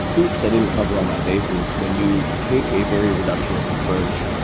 oops, i didn't cover all my bases, when you take a very reductionist approach.